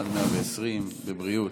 עד 120 בבריאות.